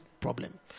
problem